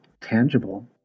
tangible